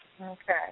Okay